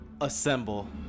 assemble